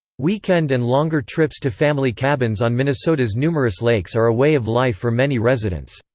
weekend and longer trips to family cabins on minnesota's numerous lakes are a way of life for many residents.